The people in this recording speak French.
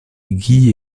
guy